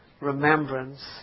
remembrance